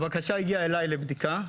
הבקשה הגיעה אלי לבדיקה.